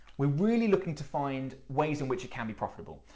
we're really looking to find ways in which it can be profitable.